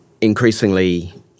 increasingly